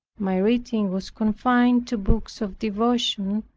my reading was confined to books of devotion,